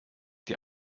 die